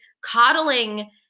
coddling